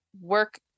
work